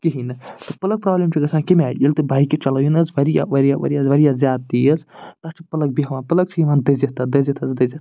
کِہیٖنۍ نہٕ تہٕ پٕلَگ پرٛابلِم چھِ گژھان کَمہِ آیہِ ییٚلہِ تُہۍ بایکہِ چَلٲیو نَہ حظ واریاہ واریاہ واریاہ واریاہ زیادٕ تیز تَتھ چھُ پٕلگ بیٚہوان پٕلگ چھُ یِوان دٔزِتھ تَتھ دٔزِتھ حظ دٔزِتھ